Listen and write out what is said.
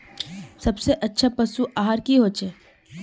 सबसे अच्छा पशु आहार की होचए?